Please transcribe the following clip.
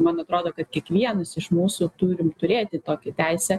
man atrodo kad kiekvienas iš mūsų turim turėti tokį teisę